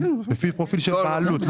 לפי פרופיל של בעלות.